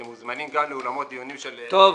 אתם מוזמנים כאן לאולמות דיונים של שופטים,